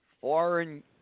foreign